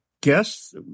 guess